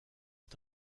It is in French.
cet